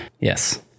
yes